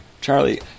Charlie